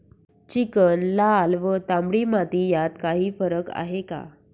Chicken, लाल व तांबडी माती यात काही फरक आहे का?